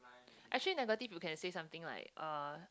actually negative you can say something like uh